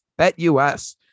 BetUS